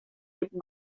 gribi